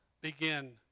begin